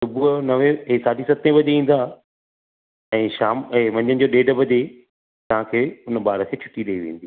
सुबुह जो नवें ऐं साढी सतें वजे ईंदा ऐं शाम ऐं मंझंदि जो डेढु वजे तव्हां खे हुन बारु खे छुटी ॾेई वेंदी